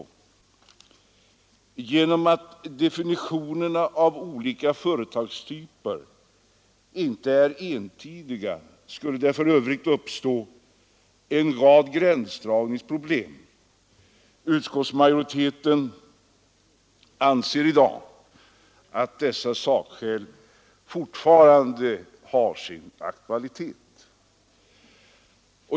Genom att definitionerna av olika företagstyper inte är entydiga skulle det för övrigt uppstå en rad gränsdragningsproblem.” Utskottsmajoriteten anser i dag att dessa sakskäl fortfarande har sin aktualitet.